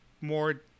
more